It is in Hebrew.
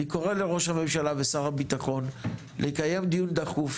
אני קורא לראש הממשלה ושר הביטחון לקיים דיון דחוף,